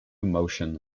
motion